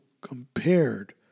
compared